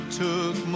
took